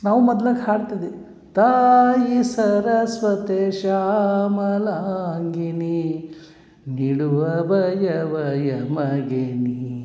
ನಾವು ಮೊದ್ಲಾಕೆ ಹಾಡ್ತಿದಿ ತಾಯಿ ಸರಸ್ವತಿ ಶಾಮಲಾಂಗಿನಿ ನೀಡು ಅಭಯವ ಎಮಗೆ ನೀ